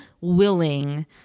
willing